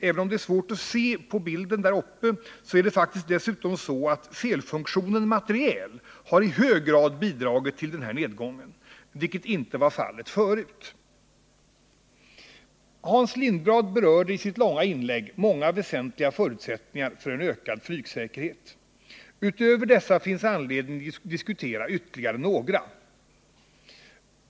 Även om det är svårt att se på bilden är det så att felfunktionen materiel i hög grad har bidragit till den här nedgången, vilket inte var fallet förut. Hans Lindblad berörde i sitt långa inlägg många väsentliga förutsättningar för en ökad flygsäkerhet. Utöver dessa finns anledning diskutera ytterligare några.